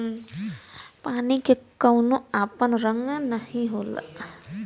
पानी के कउनो आपन रंग नाही होला